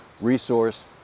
Resource